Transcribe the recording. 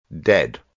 Dead